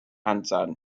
answered